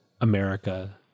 America